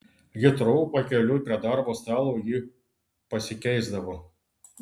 hitrou pakeliui prie darbo stalo ji pasikeisdavo